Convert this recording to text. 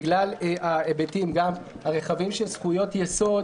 בגלל ההיבטים הרחבים של זכויות יסוד